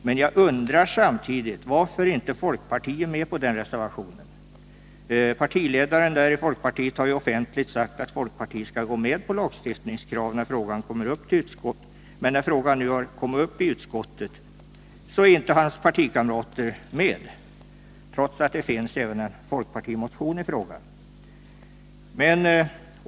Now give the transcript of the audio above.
Men jag Nr 29 undrar samtidigt varför inte folkpartiet är med på den reservationen. Partiledaren för folkpartiet har ju offentligt sagt att folkpartiet skall gå med på lagstiftningskravet, men när frågan kommer till utskottet så är inte hans partikamrater med, trots att det även finns en fp-motion i frågan.